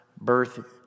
birth